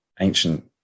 ancient